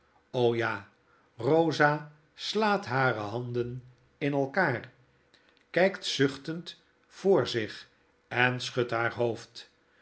jal rosa slaat hare handen in elkaar kijkt zuchtend voor zich en schudt haar hoofd